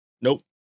Nope